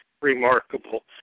remarkable